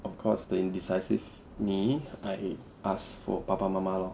of course the indecisive me I ask 我爸爸妈妈 lor